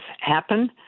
happen